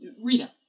Rita